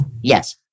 Yes